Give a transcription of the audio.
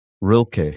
Rilke